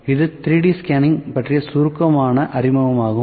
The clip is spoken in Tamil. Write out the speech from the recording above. இது 3D ஸ்கேனிங் பற்றிய சுருக்கமான அறிமுகமாகும்